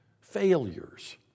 failures